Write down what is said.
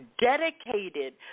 dedicated